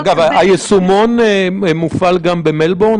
אגב, היישומון מופעל גם במלבורן?